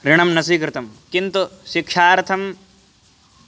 ऋणं न स्वीकृतं किन्तु शिक्षार्थं